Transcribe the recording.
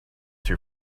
too